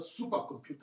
supercomputer